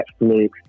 Netflix